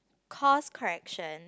course correction